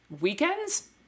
Weekends